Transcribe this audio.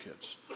kids